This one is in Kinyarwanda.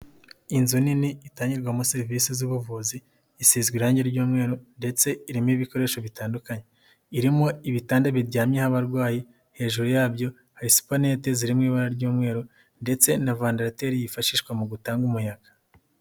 Inzu nini itangirwamo serivisi z'ubuvuzi, isizwe irangi ry'umweru ndetse irimo ibikoresho bitandukanye, irimo ibitanda biryamyeho abarwayi, hejuru yabyo hari supanete ziri mu ibara ry'umweru ndetse na vandarateri yifashishwa mu gutanga umuyaga.